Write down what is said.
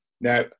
Now